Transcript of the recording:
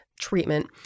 treatment